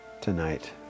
tonight